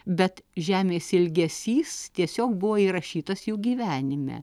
bet žemės ilgesys tiesiog buvo įrašytas jų gyvenime